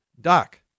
Doc